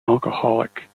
alcoholic